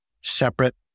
separate